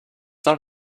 not